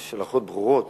יש הלכות ברורות